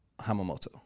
Hamamoto